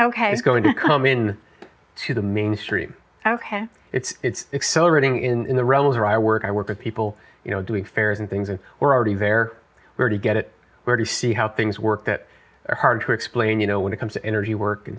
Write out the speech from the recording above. it's going to come in to the mainstream ok it's it's accelerating in the realms are i work i work with people you know doing fairs and things and we're already there where to get it where to see how things work that are hard to explain you know when it comes to energy work and